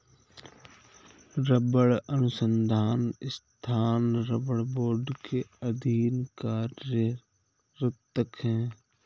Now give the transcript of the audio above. रबड़ अनुसंधान संस्थान रबड़ बोर्ड के अधीन कार्यरत है